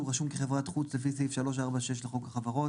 רשום כחברת חוץ לפי סעיף 3/4/6 לחוק החברות.